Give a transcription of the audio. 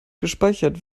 gespeichert